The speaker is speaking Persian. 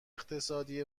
اقتصادی